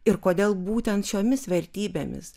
ir kodėl būtent šiomis vertybėmis